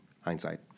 hindsight